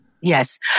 Yes